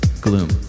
Gloom